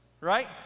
right